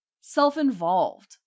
self-involved